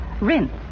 Rinse